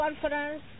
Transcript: conference